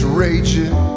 raging